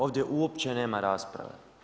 Ovdje uopće nema rasprave.